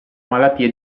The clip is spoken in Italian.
malattia